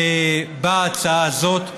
באה ההצעה הזאת,